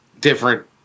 different